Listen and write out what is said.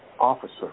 officer